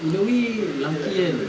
in a way lelaki kan